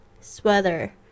Sweater